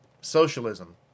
Socialism